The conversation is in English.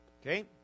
Okay